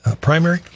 primary